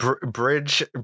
Bridge